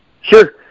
sure